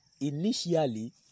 initially